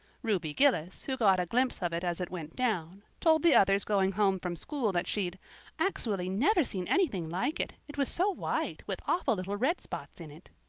ruby gillis, who got a glimpse of it as it went down, told the others going home from school that she'd acksually never seen anything like it it was so white, with awful little red spots in it.